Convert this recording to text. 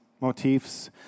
motifs